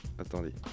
Attendez